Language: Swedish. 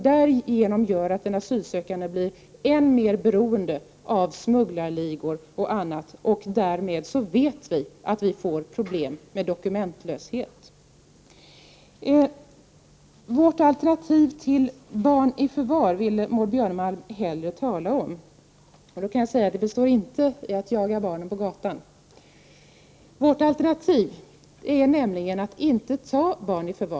Därigenom blir en asylsökande än mer beroende av smugglarligor och annat, och därmed får vi problem med dokumentlöshet. I stället för att tala om detta ville Maud Björnemalm hellre tala om folkpartiets alternativ till att ta barn i förvar. Det alternativet innebär inte att man skall jaga barn på gatan. Vårt alternativ är att inte ta barn i förvar.